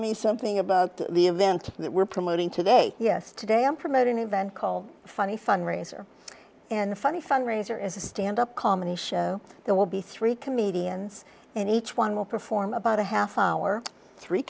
me something about the event that we're promoting today yes today i'm promoting an event called funny fundraiser and the funny fundraiser is a stand up comedy show there will be three comedians and each one will perform about a half hour three